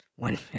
One